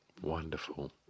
Wonderful